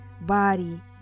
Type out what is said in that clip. body